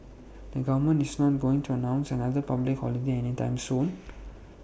the government is not going to announce another public holiday anytime soon